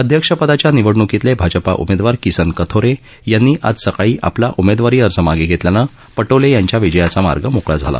अध्यक्षपदाच्या निवडणुकीतले भाजपा उमेदवार किसन कथोरे यांनी आज सकाळी आपला उमेदवारी अर्ज मागे घेतल्यानं नाना पटोले यांच्या विजयाचा मार्ग मोकळा झाला